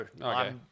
Okay